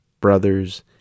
brothers